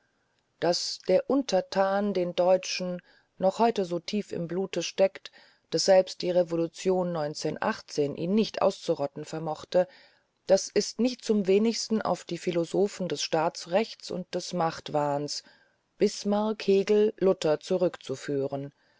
daß der untertan den deutschen noch heute so tief im blute steckt daß selbst die revolution ihn nicht auszuroden vermochte das ist nicht zum wenigsten auf die philosophen des staatsrechts und des machtwahns bismarck hegel luther zurückzuführen